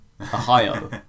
Ohio